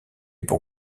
pour